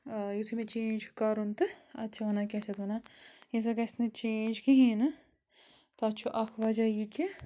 یُتھٕے مےٚ چینٛج کَرُن تہٕ اَتہِ چھِ وَنان کیٛاہ چھِ اتھ وِنان یہِ نَہ سا گَژھِ نہٕ چینٛج کِہیٖنۍ نہٕ تَتھ چھُ اَکھ وَجہ یہِ کہِ